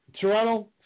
Toronto